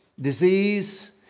disease